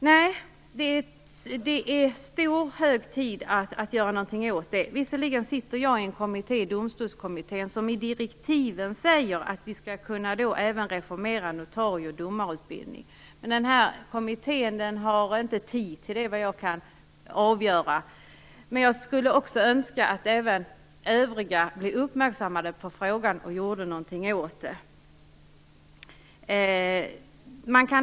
Det är hög tid att det görs någonting åt detta. Jag sitter visserligen i Domstolskommittén, i vars direktiv det sägs att den bl.a. skall kunna ge förslag till reformering av notarie och domarutbildningen, men såvitt jag kan avgöra har den inte tid till det. Jag skulle önska att även övriga blev uppmärksamma på frågan och gjorde någonting åt förhållandena.